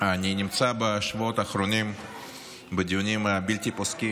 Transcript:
אני נמצא בשבועות האחרונים בדיונים הבלתי-פוסקים